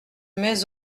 mets